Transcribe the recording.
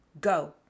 Go